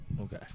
Okay